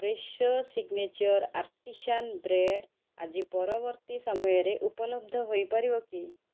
Fresho signature artisan bread ଆଜି ପରବର୍ତ୍ତୀ ସମୟରେ ଉପଲବ୍ଧ ହୋଇପାରିବ କି